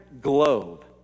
globe